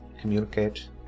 communicate